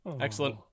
excellent